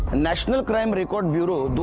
national crime record bureau's,